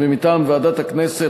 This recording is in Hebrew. ומטעם ועדת הכנסת,